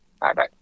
Bye-bye